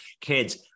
kids